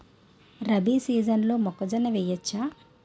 రబీ సీజన్లో మొక్కజొన్న వెయ్యచ్చా?